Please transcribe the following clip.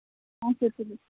اَچھا تُلِو